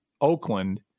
Oakland